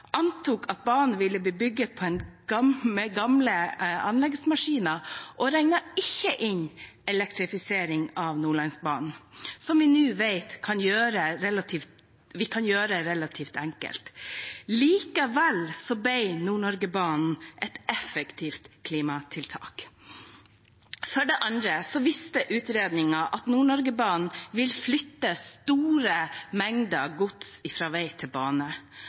antok at banen ville bli bygd med gamle anleggsmaskiner, og regnet ikke inn elektrifisering av Nordlandsbanen, som vi nå vet kan gjøres relativt enkelt. Likevel ble Nord-Norge-banen et effektivt klimatiltak. For det andre viste utredningen at Nord-Norge-banen vil flytte store mengder gods fra vei til bane.